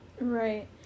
right